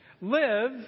Live